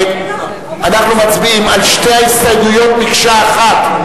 אנחנו מצביעים על שתי ההסתייגויות מקשה אחת.